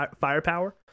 firepower